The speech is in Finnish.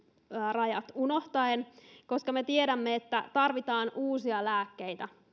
rajat unohtaen koska me tiedämme että tarvitaan uusia lääkkeitä